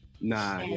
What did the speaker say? Nah